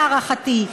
להערכתי,